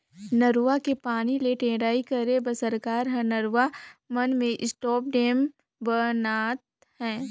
नरूवा के पानी ले टेड़ई करे बर सरकार हर नरवा मन में स्टॉप डेम ब नात हे